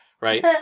right